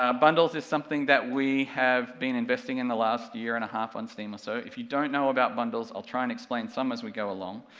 ah bundles is something that we have been investing in the last year and a half on steam or so, if you don't know about bundles i'll try and explain some as we go along.